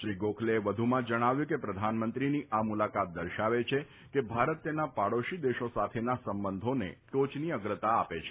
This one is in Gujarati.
શ્રી ગોખલેએ વધુમાં જણાવ્યું ફતું કે પ્રધાનમંત્રીની આ મુલાકાત દર્શાવે છે કે ભારત તેના પાડોશી દેશો સાથેના સંબંધોને ટોચની અગ્રતા આપે છે